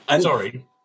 Sorry